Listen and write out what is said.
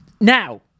Now